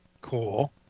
Cool